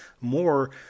more